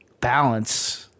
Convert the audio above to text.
balance